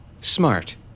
smart